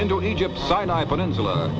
into egypt sinai peninsula